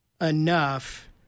enough